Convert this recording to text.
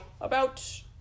About